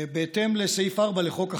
בהתאם לסעיף 4 לחוק החלב,